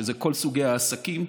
שזה כל סוגי העסקים,